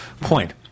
point